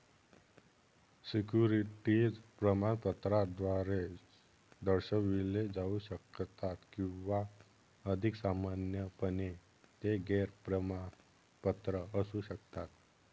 securities प्रमाणपत्राद्वारे दर्शविले जाऊ शकतात किंवा अधिक सामान्यपणे, ते गैर प्रमाणपत्र असू शकतात